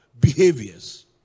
behaviors